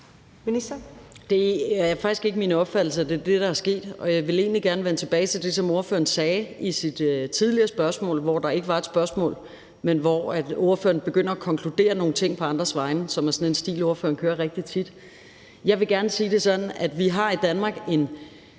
Det er faktisk ikke min opfattelse, at det er det, der er sket, og jeg vil egentlig gerne vende tilbage til det, som ordføreren sagde i sit tidligere spørgsmål, hvor der ikke var et spørgsmål, men hvor ordføreren begyndte at konkludere nogle ting på andres vegne, som er sådan en stil, ordføreren kører rigtig tit. Jeg vil gerne sige det sådan, at vi har i Danmark en